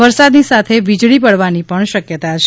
વરસાદની સાથે વીજળી પડવાની પણ શકયતા છે